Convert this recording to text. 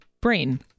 brain